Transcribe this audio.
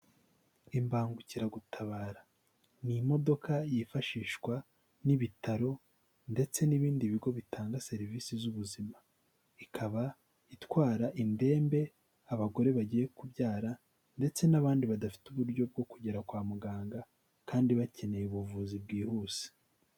Imbangukiragutabara ni imodoka yifashishwa n'ibitaro ndetse n'ibindi bigo bitanga serivisi z'ubuzima, ikaba itwara indembe abagore bagiye kubyara ndetse n'abandi badafite uburyo bwo kugera kwa muganga, kandi bakeneye ubuvuzi bwihuse.